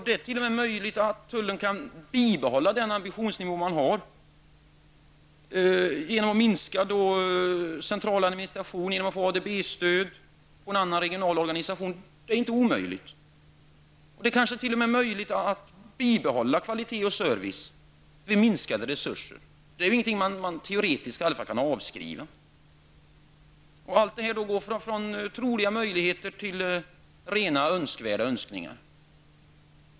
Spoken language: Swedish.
Det är t.o.m. möjligt att tullen kan bibehålla sin administrationsnivå genom minskad central administration, genom ADB-stöd och en annan regional organisation. Det är kanske t.o.m. möjligt att bibehålla kvalitet och service med minskade resurser. Detta kan i varje fall inte teoretiskt avskrivas. Allt detta går från troliga möjligheter till önskvärda önskningar.